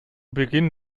beginn